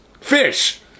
fish